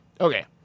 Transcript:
Okay